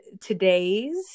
today's